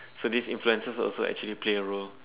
so these influencers also actually play a role